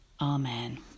Amen